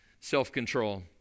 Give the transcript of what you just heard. self-control